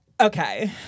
Okay